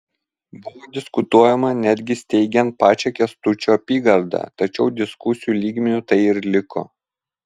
buvo diskutuojama netgi steigiant pačią kęstučio apygardą tačiau diskusijų lygmeniu tai ir liko